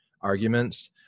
arguments